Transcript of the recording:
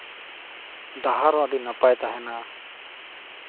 ᱰᱟᱦᱟᱨ ᱦᱚᱸ ᱟᱹᱰᱤ ᱱᱟᱯᱟᱭ ᱛᱟᱦᱮᱱᱟ